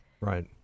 Right